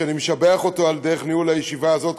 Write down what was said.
שאני משבח אותו על דרך ניהול הישיבה הזאת,